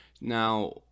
Now